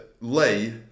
lay